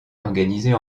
organisées